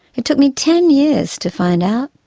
it took me ten years to find out.